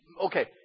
okay